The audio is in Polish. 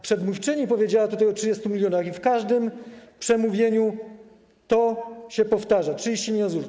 Przedmówczyni powiedziała tutaj o 30 mln zł i w każdym przemówieniu to się powtarzało: 30 mln zł.